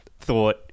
Thought